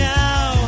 now